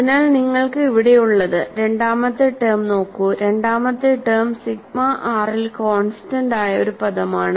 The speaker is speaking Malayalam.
അതിനാൽ നിങ്ങൾക്ക് ഇവിടെയുള്ളത് രണ്ടാമത്തെ ടേം നോക്കൂ രണ്ടാമത്തെ ടേം സിഗ്മ r ൽ കോൺസ്റ്റന്റ് ആയ ഒരു പദമാണ്